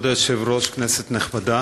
כבוד היושב-ראש, כנסת נכבדה,